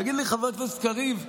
תגיד לי, חבר הכנסת קריב,